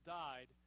died